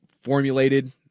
formulated